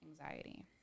anxiety